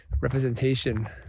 representation